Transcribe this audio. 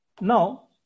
Now